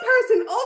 person